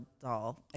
doll